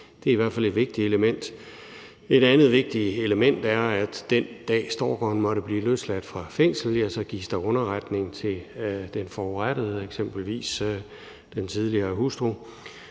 Det er i hvert fald et vigtigt element. Et andet vigtigt element er, at den dag, stalkeren måtte blive løsladt fra fængslet, så gives der underretning til den forurettede, eksempelvis den tidligere hustru.